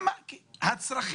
מה זה הדבר